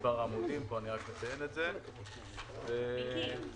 לכן מספר העמודים הרב שיש בפניכם, לאישורכם.